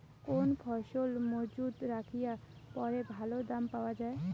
কোন ফসল মুজুত রাখিয়া পরে ভালো দাম পাওয়া যায়?